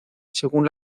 según